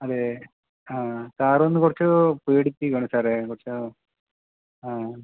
അതെ ആ സാർ ഒന്നു കുറച്ചു പേടിപ്പിക്കണം സാറേ കുറച്ചു ആ